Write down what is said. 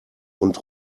und